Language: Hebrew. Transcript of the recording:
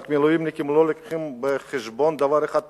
רק המילואימניקים, לא מביאים בחשבון דבר אחד פשוט: